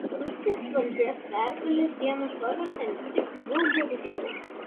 rusijos valdžia pergalės dieną pavertė ne tik vulgariu šou